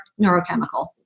neurochemical